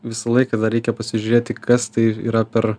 visą laiką dar reikia pasižiūrėti kas tai yra per